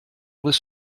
this